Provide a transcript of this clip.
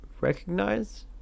recognize